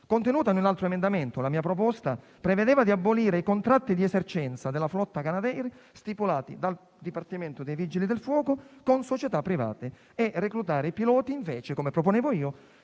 contenuta in un altro emendamento. La mia proposta prevedeva di abolire i contratti di esercenza della flotta Canadair stipulati dal Dipartimento dei vigili del fuoco con società private e di reclutare invece i piloti